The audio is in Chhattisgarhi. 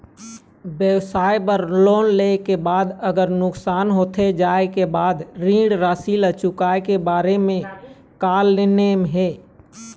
व्यवसाय बर लोन ले के बाद अगर नुकसान होथे जाय के बाद ऋण राशि ला चुकाए के बारे म का नेम हे?